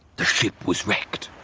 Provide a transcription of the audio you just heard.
the ship was wrecked!